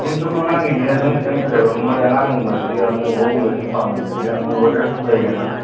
ꯁꯨꯝ ꯑꯉꯥꯡꯒꯤꯅꯤꯅ ꯁꯨꯝ ꯈꯤꯇꯪ ꯐꯖꯕ ꯃꯣꯏ ꯑꯉꯥꯡꯒꯨꯝꯕꯁꯤꯗꯤ ꯑꯃꯨꯕꯒꯨꯝꯕꯁꯦ ꯁꯨꯝ ꯄꯥꯝꯒꯟꯕꯅꯤꯅ ꯑꯃꯨꯕꯗ ꯂꯩꯒꯗ꯭ꯔꯥ